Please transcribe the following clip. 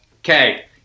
Okay